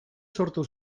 sortu